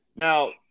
Now